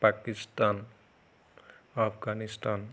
Pakistan Afghanistan